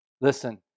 Listen